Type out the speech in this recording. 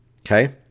okay